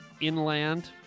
inland